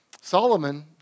Solomon